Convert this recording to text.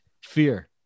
fear